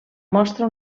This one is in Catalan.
mostra